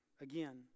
Again